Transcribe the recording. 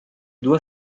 doit